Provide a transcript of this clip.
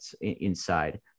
inside